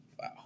Wow